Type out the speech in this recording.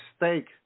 mistake